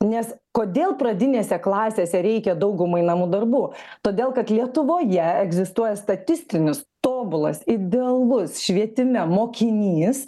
nes kodėl pradinėse klasėse reikia daugumai namų darbų todėl kad lietuvoje egzistuoja statistinis tobulas idealus švietime mokinys